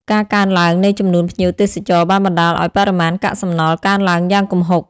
ការកើនឡើងនៃចំនួនភ្ញៀវទេសចរបានបណ្តាលឱ្យបរិមាណកាកសំណល់កើនឡើងយ៉ាងគំហុក។